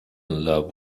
love